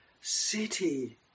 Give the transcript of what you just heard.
city